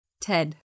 Ted